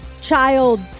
child